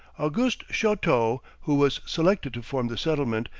auguste chouteau, who was selected to form the settlement,